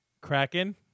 Kraken